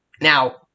Now